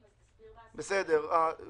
מעטים 6.בתקופה של שנתיים מיום פרסומו של חוק זה,